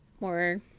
more